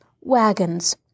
wagons